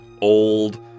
old